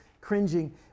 Cringing